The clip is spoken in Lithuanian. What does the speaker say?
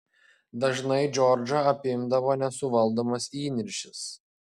dažnai džordžą apimdavo nesuvaldomas įniršis